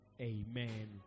amen